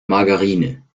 margarine